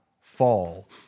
fall